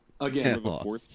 Again